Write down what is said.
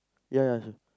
ya ya